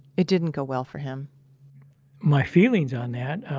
it didn't go well for him my feelings on that,